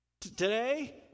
Today